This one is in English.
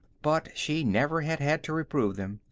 but she never had had to reprove them.